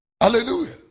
hallelujah